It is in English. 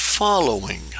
following